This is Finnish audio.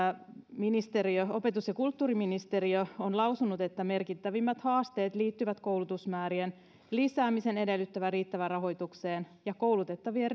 opetus ja kulttuuriministeriö on lausunut että merkittävimmät haasteet liittyvät koulutusmäärien lisäämisen edellyttämään riittävään rahoitukseen ja koulutettavien